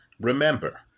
Remember